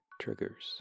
Triggers